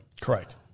Correct